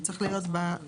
זה צריך להיות בהמשך.